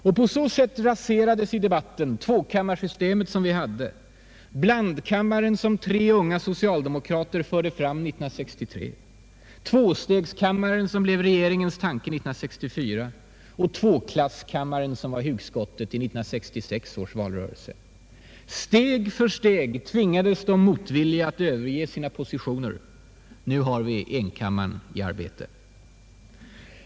Och på så sätt raserades i debatten tvåkammarsystemet som vi hade, blandkammaren som tre unga socialdemokrater förde fram 1963, tvåstegskammaren som blev regeringens tanke 1964 och tvåklasskamma ren som var hugskottet i 1966 års valrörelse. Steg för steg tvingades de motvilliga att överge sina positioner. Nu har vi enkammaren i arbete.